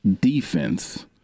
defense